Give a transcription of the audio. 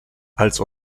als